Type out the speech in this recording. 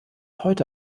heute